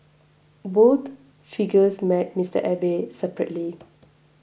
both figures met Mister Abe separately